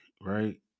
right